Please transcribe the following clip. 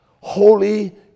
Holy